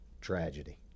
tragedy